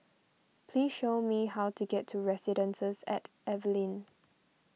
please tell me how to get to Residences at Evelyn